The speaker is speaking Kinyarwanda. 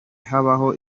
habaho